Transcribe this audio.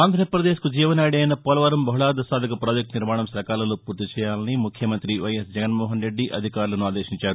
ఆంధ్రప్రదేశ్కు జీవ నాడి అయిన పోలవరం బహుళార్దక సాధక ప్రాజెక్ట్ నిర్మాణం సకాలంలో పూర్తిచేయాలని ముఖ్యమంత్రి వైఎస్ జగన్మోహన్ రెడ్డి అధికారులకు ఆదేశించారు